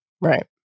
Right